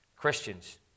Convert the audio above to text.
Christians